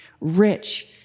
rich